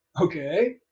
okay